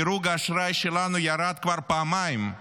דירוג האשראי שלנו ירד כבר פעמיים,